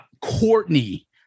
Courtney